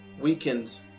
weakened